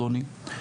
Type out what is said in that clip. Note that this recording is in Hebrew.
אדוני,